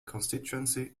constituency